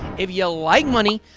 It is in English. if you like money,